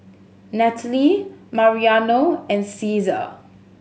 Natalie Mariano and Ceasar